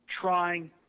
trying